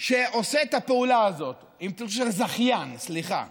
שעושה את הפעולה הזאת, של זכיין, סליחה,